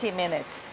minutes